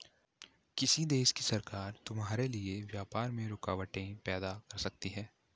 किसी देश की सरकार तुम्हारे लिए व्यापार में रुकावटें पैदा कर सकती हैं